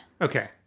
Okay